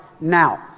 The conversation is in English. now